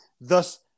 thus